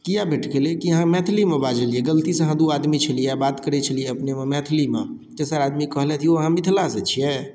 किया भेट गेलै कि अहाँ मैथिलीमे बाजलियै गलतीसँ अहाँ दू आदमी छलियै आओर बात करै छलियै अपनेमे मैथिलीमे तेसर आदमी कहलथि यौ अहाँ मिथिलासँ छियै